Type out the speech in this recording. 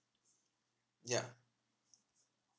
ya